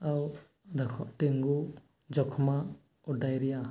ଆଉ ଦେଖ ଡେଙ୍ଗୁ ଯକ୍ଷ୍ମା ଓ ଡାଇରିଆ